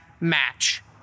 match